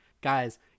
guys